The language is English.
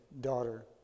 Daughter